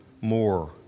more